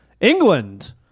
england